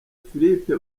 philippe